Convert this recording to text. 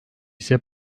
ise